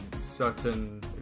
certain